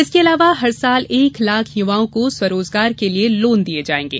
इसके अलावा हर साल एक लाख युवाओं को स्वरोजगार के लिये लोन दिये जायेंगे